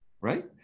right